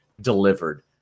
delivered